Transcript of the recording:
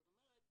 זאת אומרת,